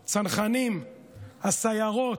צנחנים, הסיירות,